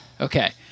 Okay